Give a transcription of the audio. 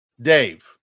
Dave